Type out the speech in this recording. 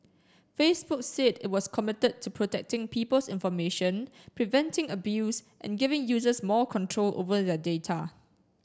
Facebook said it was committed to protecting people's information preventing abuse and giving users more control over their data